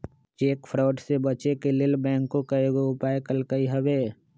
cheque fraud से बचे के लेल बैंकों कयगो उपाय कलकइ हबे